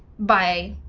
by